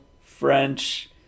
french